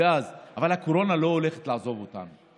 אבל הקורונה לא עומדת לעזוב אותנו.